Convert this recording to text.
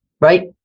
right